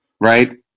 Right